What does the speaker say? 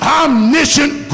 omniscient